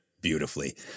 beautifully